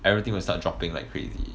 everything will start dropping like crazy